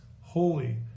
holy